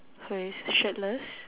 who is shirtless